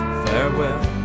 farewell